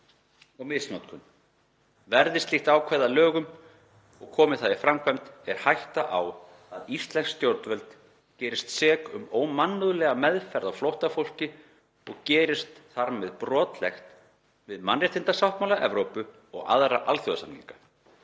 og misnotkun. Verði slíkt ákvæði að lögum og komi það í framkvæmd er hætta á að íslensk stjórnvöld gerist sek um ómannúðlega meðferð á flóttafólki og gerist þar með brotleg við Mannréttindasáttmála Evrópu og aðra alþjóðasamninga.